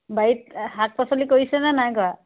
বাৰীত শাক পাচলি কৰিছেনে নাই কৰা